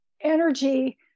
energy